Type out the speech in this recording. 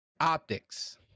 optics